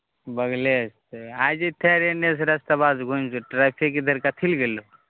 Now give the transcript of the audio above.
बगलेसे आइ जइतिहे रहै एन्नेसे रस्तबासे घुमिके ट्रैफिक इधर कथी ले गेलहो